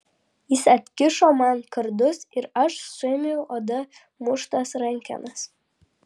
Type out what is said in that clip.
jis atkišo man kardus ir aš suėmiau oda muštas rankenas